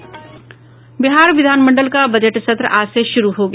बिहार विधानमंडल का बजट सत्र आज से शुरू हो गया